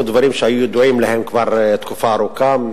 דברים שהיו ידועים להם כבר תקופה ארוכה,